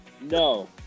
No